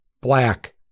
Black